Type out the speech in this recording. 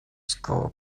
school